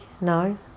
no